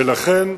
ולכן,